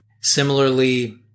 Similarly